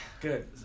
Good